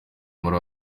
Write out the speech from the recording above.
muri